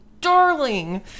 darling